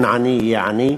שעני יהיה עני,